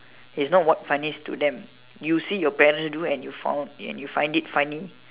is not what funniest to them you see what your parents do and you found and you find it funny